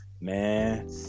man